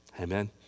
amen